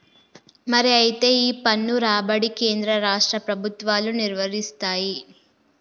మరి అయితే ఈ పన్ను రాబడి కేంద్ర రాష్ట్ర ప్రభుత్వాలు నిర్వరిస్తాయి